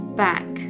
back